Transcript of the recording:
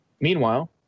Meanwhile